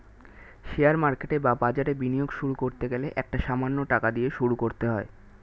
share market বা বাজারে বিনিয়োগ শুরু করতে গেলে একটা সামান্য টাকা দিয়ে শুরু করতে হয়